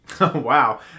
wow